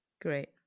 Great